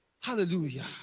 Hallelujah